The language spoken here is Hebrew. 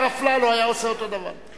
והשר אפללו היה עושה אותו הדבר.